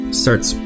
starts